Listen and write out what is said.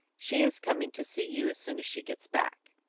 she is coming to see you as soon as she gets back.